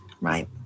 right